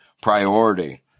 priority